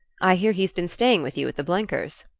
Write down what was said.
i hear he's been staying with you at the blenkers'.